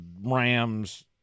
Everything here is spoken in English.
Rams